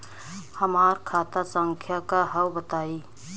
हमार खाता संख्या का हव बताई?